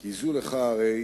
כי זו לך הרי